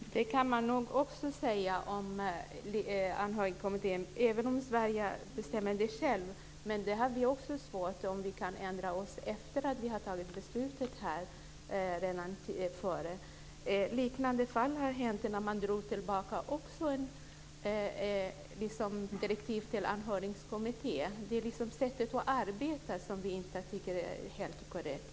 Fru talman! Det kan man nog också säga om Anhörigkommittén, även om Sverige bestämmer det själv. Men det blir också svårt för oss att ändra oss om vi har fattat beslutet redan innan. Liknande fall har inträffat. Man drog också tillbaka direktiv till Anhörigkommittén. Det är sättet att arbeta som vi inte tycker är helt korrekt.